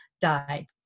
died